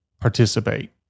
participate